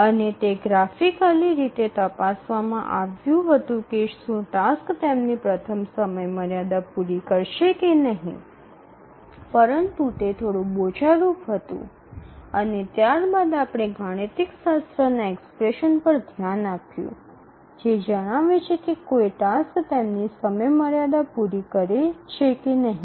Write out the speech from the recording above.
અને તે ગ્રાફિકલી રીતે તપાસવામાં આવ્યું હતું કે શું ટાસક્સ તેમની પ્રથમ સમયમર્યાદા પૂરી કરશે કે નહીં પરંતુ તે થોડું બોજારૂપ હતું અને ત્યારબાદ આપણે ગણિતશાસ્ત્રના એક્સપ્રેશન પર ધ્યાન આપ્યું જે જણાવે છે કે કોઈ ટાસક્સ તેની સમયમર્યાદા પૂરી કરે છે કે નહીં